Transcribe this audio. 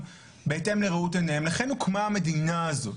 הם יתייחסו בסוף לכל האמירות שיש פה.